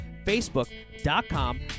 facebook.com